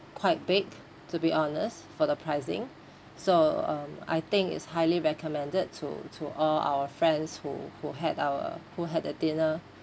quite big to be honest for the pricing so um I think it's highly recommended to to all our friends who who had our who had a dinner